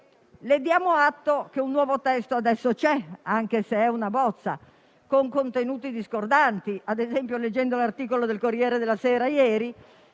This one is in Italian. Le diamo atto che un nuovo testo adesso c'è, anche se è una bozza con contenuti discordanti: ad esempio, leggendo un articolo del «Corriere della Sera» di